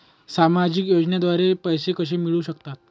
सामाजिक योजनेद्वारे पैसे कसे मिळू शकतात?